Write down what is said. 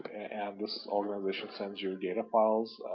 and this already sends your data files,